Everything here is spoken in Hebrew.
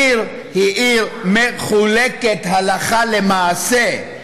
ירושלים היא עיר מחולקת, הלכה למעשה.